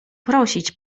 prosić